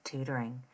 Tutoring